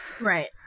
Right